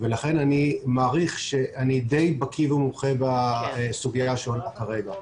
ולכן אני מעריך שאני די בקי ומומחה בסוגיה שעולה כרגע.